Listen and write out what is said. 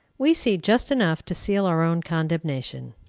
we see just enough to seal our own condemnation.